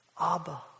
Abba